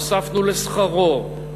הוספנו לשכרו,